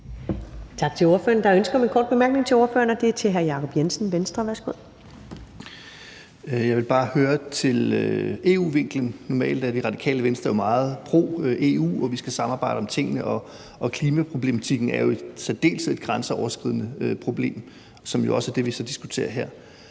Tak til ordføreren. Der er ønske om en kort bemærkning til ordføreren, og den er fra hr. Jacob Jensen, Venstre. Værsgo. Kl. 15:46 Jacob Jensen (V): Jeg vil bare spørge til EU-vinklen. Normalt er Radikale Venstre jo meget pro-EU, og vi skal samarbejde om tingene, og klimaproblematikken er i særdeleshed et grænseoverskridende problem, som jo også er det, vi så diskuterer her.